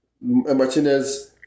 Martinez